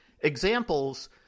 examples